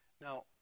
Now